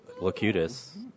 Locutus